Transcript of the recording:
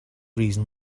reason